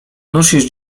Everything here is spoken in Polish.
nosisz